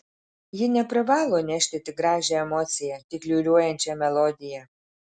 ji neprivalo nešti tik gražią emociją tik liūliuojančią melodiją